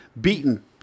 beaten